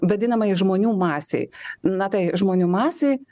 vadinamajai žmonių masei na tai žmonių masei